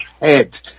head